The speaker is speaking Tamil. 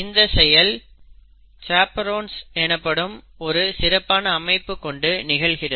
இந்த செயல் சாப்பெரோன்ஸ் எனப்படும் ஒரு சிறப்பான அமைப்பு கொண்டு நிகழ்கிறது